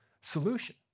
solution